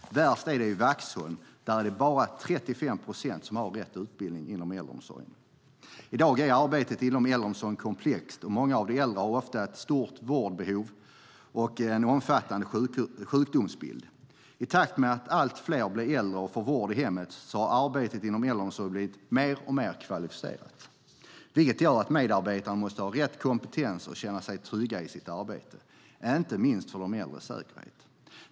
Värst är det i Vaxholm. Där är det bara 35 procent som har rätt utbildning inom äldreomsorgen. I dag är arbetet inom äldreomsorgen komplext, och många av de äldre har ett stort vårdbehov och en omfattande sjukdomsbild. I takt med att allt fler blir gamla och får vård i hemmet har arbetet inom äldreomsorgen blivit mer och mer kvalificerat, vilket gör att medarbetarna måste ha rätt kompetens och känna sig trygga i sitt arbete, inte minst för de äldres säkerhet.